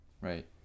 right